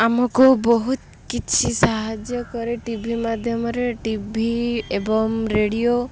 ଆମକୁ ବହୁତ କିଛି ସାହାଯ୍ୟ କରେ ଟି ଭି ମାଧ୍ୟମରେ ଟି ଭି ଏବଂ ରେଡିଓ